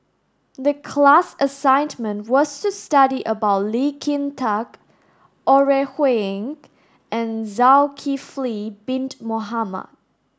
the class assignment was to study about Lee Kin Tat Ore Huiying and Zulkifli bin Mohamed